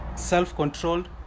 self-controlled